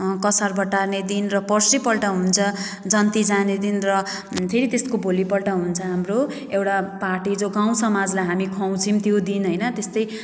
कसार बटार्ने दिन र पर्सिपल्ट हुन्छ जन्ती जाने दिन र फेरि त्यसको भोलिपल्ट हुन्छ हाम्रो एउटा पार्टी जो गाउँसमाजलाई हामी खुवाउँछौँ त्यो दिन होइन त्यस्तै